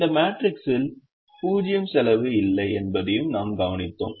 இந்த மேட்ரிக்ஸில் 0 செலவு இல்லை என்பதையும் நாம் கவனித்தோம்